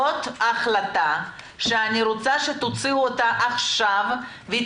זאת החלטה שאני רוצה שתוציאו אותה עכשיו והיא